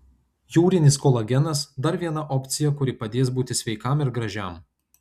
jūrinis kolagenas dar viena opcija kuri padės būti sveikam ir gražiam